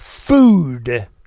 food